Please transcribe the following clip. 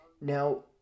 Now